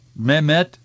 Mehmet